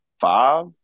Five